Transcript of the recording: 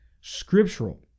scriptural